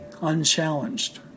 unchallenged